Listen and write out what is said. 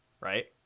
right